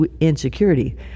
insecurity